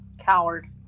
Coward